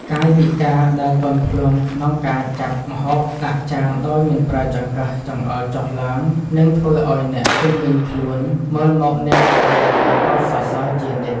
កាយវិការដែលទន់ភ្លន់ក្នុងការចាប់ម្ហូបដាក់ចានដោយមិនប្រើចង្កឹះចង្អុលចុះឡើងនឹងធ្វើឱ្យអ្នកជុំវិញខ្លួនមើលមកអ្នកដោយក្តីកោតសរសើរជានិច្ច។